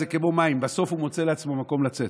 זה כמו מים: בסוף הוא מוצא לעצמו מקום לצאת.